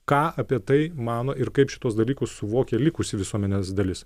ką apie tai mano ir kaip šituos dalykus suvokia likusi visuomenės dalis